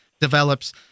develops